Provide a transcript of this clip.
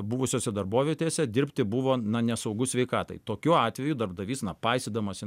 buvusiose darbovietėse dirbti buvo na nesaugu sveikatai tokiu atveju darbdavys na paisydamas